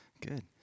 Good